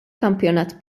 kampjonat